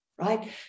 Right